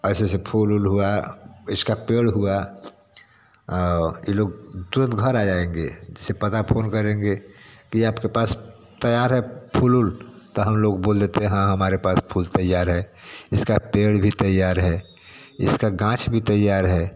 ऐसे ऐसे फूल ऊल हुआ इसका पेड़ हुआ ई लोग तुरंत घर आ जाएँगे से पता फोन करेंगे कि आपके पास तैयार है फूल ऊल तो हम लोग बोल देते हैं हाँ हमारे पास फूल तैयार है इसका पेड़ भी तैयार है इसका गाछ भी तैयार है